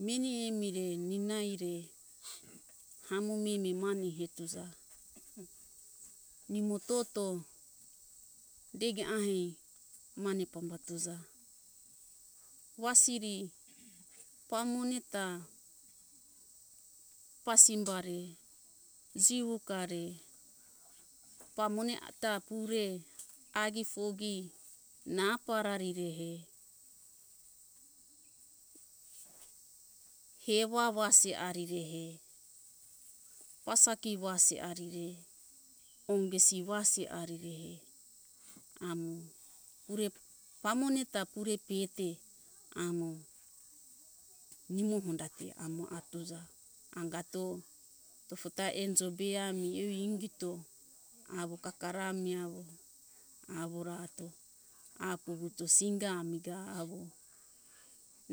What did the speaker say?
Meni emire nina eire hamo mime mane hetuza nimo toto dege ahei mane pambatuza wasiri pamone ta pasimbare jiwokare pamone ata pure agi fogi na apa rarirehe hewa wasi arirehe wasaki wasi arire ongesi wasi arirehe amo pure pamoneta pure pete amo nimo hondate amo atuza angato tofota enjo be ami evi ingito awo kakara ami awo aworato a puvuto singa amiga awo